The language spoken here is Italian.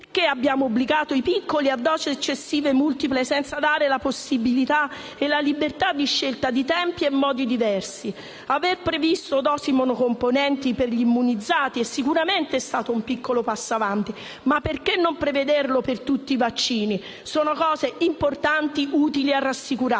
Perché abbiamo obbligato i piccoli a dosi eccessivi multiple senza dare la possibilità e la libertà di scelta di tempi e modi diversi? Aver previsto dosi monocomponenti per gli immunizzati è stato sicuramente un piccolo passo avanti, ma perché non prevederlo per tutti i vaccini? Sono aspetti importanti e utili a rassicurare.